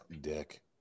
dick